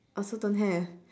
I also don't have